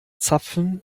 zapfen